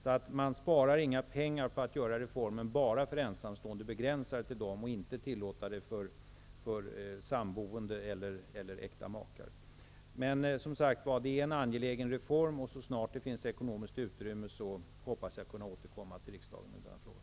Därför sparar man inga pengar på att göra reformen bara för ensamstående, begränsa den till dem och inte tillåta det för sammanboende eller äkta makar. Det är en angelägen reform. Så snart det finns ekonomiskt utrymme hoppas jag kunna återkomma till riksdagen i denna fråga.